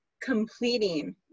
completing